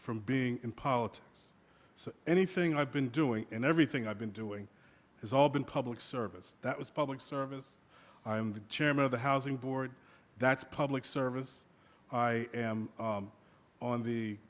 from being in politics so anything i've been doing and everything i've been doing has all been public service that was public service i'm the chairman of the housing board that's public service i am on the